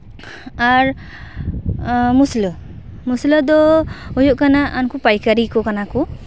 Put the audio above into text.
ᱟᱨ ᱢᱩᱥᱞᱟᱹ ᱢᱩᱥᱞᱟᱹ ᱫᱚ ᱦᱩᱭᱩᱜ ᱠᱟᱱᱟ ᱩᱱᱠᱩ ᱯᱟᱭᱠᱟᱨᱤ ᱠᱚ ᱠᱟᱱᱟ ᱠᱚ